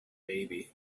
baby